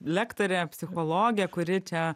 lektorė psichologė kuri čia